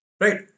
Right